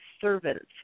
servants